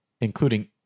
including